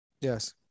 Yes